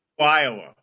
iowa